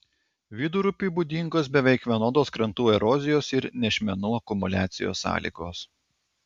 vidurupiui būdingos beveik vienodos krantų erozijos ir nešmenų akumuliacijos sąlygos